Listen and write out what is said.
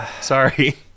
Sorry